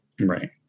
Right